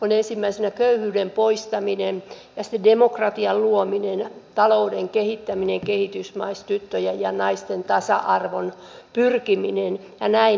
on ensimmäisenä köyhyyden poistaminen ja sitten demokratian luominen talouden kehittäminen kehitysmaissa tyttöjen ja naisten tasa arvoon pyrkiminen ja näin edelleen